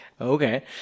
Okay